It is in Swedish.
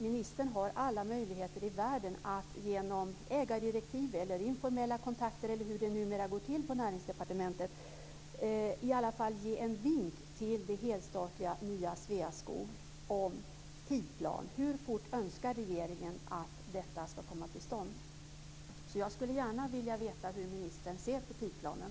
Ministern har alla möjligheter i världen att genom ägardirektiv eller informella kontakter, eller hur det numera går till på Näringsdepartementet, i alla fall ge en vink till det helstatliga nya Sveaskog om tidsplan. Hur fort önskar regeringen att detta ska komma till stånd? Jag skulle gärna vilja veta hur ministern ser på tidsplanen.